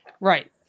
Right